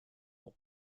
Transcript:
old